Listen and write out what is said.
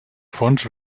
fons